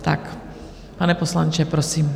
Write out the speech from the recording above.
Tak, pane poslanče, prosím.